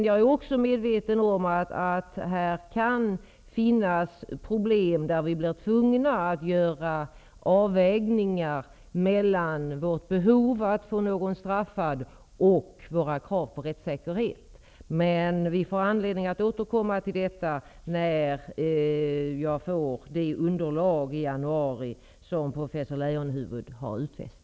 Jag är också medveten om att det här kan finnas svåra avvägningsproblem i fråga om behovet att se någon straffad och kraven på rättssäkerhet. Men vi får anledning att återkomma till detta i januari när jag har fått det underlag som professor Leijonhufvud har utfäst.